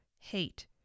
hate